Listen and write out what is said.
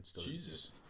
Jesus